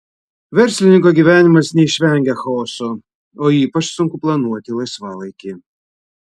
verslininko gyvenimas neišvengia chaoso o ypač sunku planuoti laisvalaikį